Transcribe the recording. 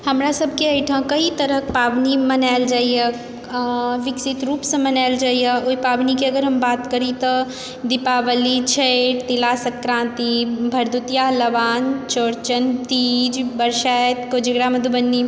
हमरा सबके अइठाम कइ तरहके पाबनि मनायल जाइए विकसित रूपसँ मनायल जाइए ओइ पाबनिके अगर हम बात करि तऽ दीपावली छैठ तिला सङ्क्रान्ति भरदुतिया लवान चौरचन तीज बरसाइत कोजगरा मधुबनी